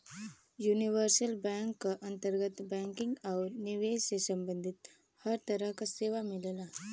universal bank क अंतर्गत banking आउर निवेश से सम्बंधित हर तरह क सेवा मिलला